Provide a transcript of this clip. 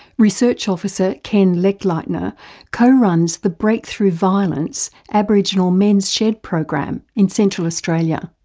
research officer ken lechleitner co-runs the breakthrough violence aboriginal men's shed program in central australia.